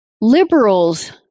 Liberals